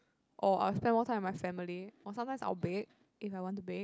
or I'll spend more time with my family or sometimes I'll bake if I want to bake